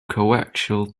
coaxial